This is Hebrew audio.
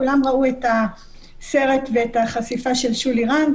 כולם ראו את הסרט והחשיפה של שולי רנד